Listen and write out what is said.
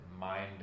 mind